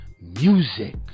music